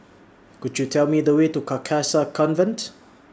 Could YOU Tell Me The Way to Carcasa Convent